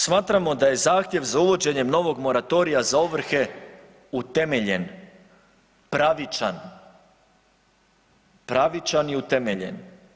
Smatramo da je zahtjev za uvođenjem novog moratorija za ovrhe utemeljen, pravičan, pravičan i utemeljen.